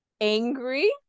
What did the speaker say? angry